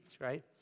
right